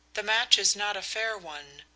the match is not a fair one.